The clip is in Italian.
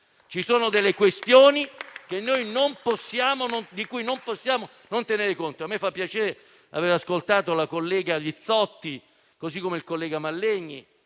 Ci sono delle questioni di cui non possiamo non tenere conto. A me fa piacere aver ascoltato la collega Rizzotti, così come i colleghi Mallegni